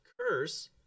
curse